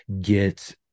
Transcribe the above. get